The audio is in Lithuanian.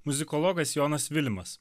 muzikologas jonas vilimas